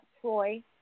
Troy